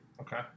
Okay